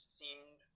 seemed